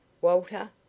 Walter